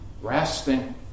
resting